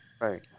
Right